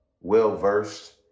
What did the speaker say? well-versed